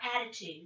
attitude